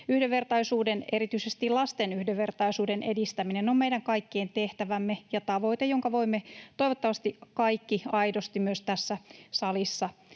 Yhdenvertaisuuden, erityisesti lasten yhdenvertaisuuden, edistäminen on meidän kaikkien tehtävä ja tavoite, jonka voimme toivottavasti kaikki aidosti myös tässä salissa